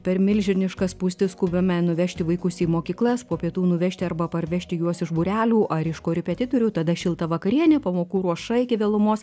per milžinišką spūstį skubame nuvežti vaikus į mokyklas po pietų nuvežti arba parvežti juos iš būrelių ar iš korepetitorių tada šilta vakarienė pamokų ruoša iki vėlumos